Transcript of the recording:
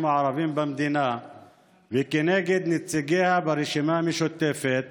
הערבים במדינה וכנגד נציגיה ברשימה המשותפת